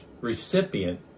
recipient